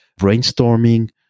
brainstorming